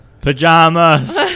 Pajamas